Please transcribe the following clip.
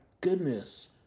goodness